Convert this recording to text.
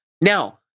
Now